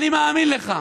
אני מאמין לך.